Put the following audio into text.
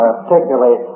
particularly